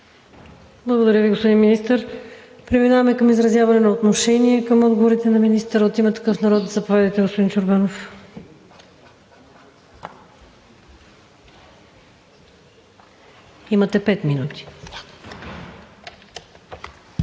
Благодаря Ви, господин Министър. Преминаваме към изразяване на отношение към отговорите на министъра. От „Има такъв народ“? Заповядайте, господин Чорбанов. Имате пет минути.